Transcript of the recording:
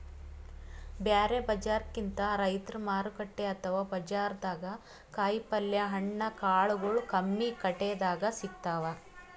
ಬ್ಯಾರೆ ಬಜಾರ್ಕಿಂತ್ ರೈತರ್ ಮಾರುಕಟ್ಟೆ ಅಥವಾ ಬಜಾರ್ದಾಗ ಕಾಯಿಪಲ್ಯ ಹಣ್ಣ ಕಾಳಗೊಳು ಕಮ್ಮಿ ರೆಟೆದಾಗ್ ಸಿಗ್ತಾವ್